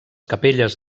capelles